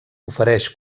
ofereix